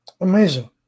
Amazing